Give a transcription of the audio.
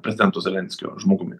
prezidento zelenskio žmogumi